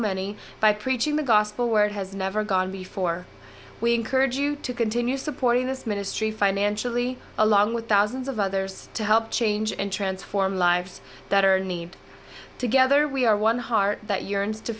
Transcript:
many by preaching the gospel where it has never gone before we encourage you to continue supporting this ministry financially along with thousands of others to help change and transform lives that are need together we are one heart that yearns to